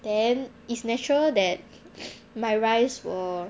then it's natural that my rice will